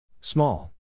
Small